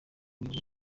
rwego